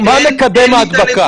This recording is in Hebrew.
מה מקדם הדבקה?